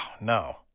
no